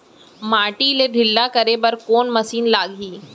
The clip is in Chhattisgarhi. माटी ला ढिल्ला करे बर कोन मशीन लागही?